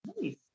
Nice